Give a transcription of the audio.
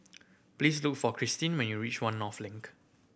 please look for Cristine when you reach One North Link